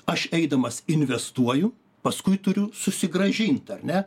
aš eidamas investuoju paskui turiu susigrąžint ar ne